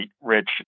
Rich